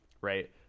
Right